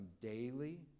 daily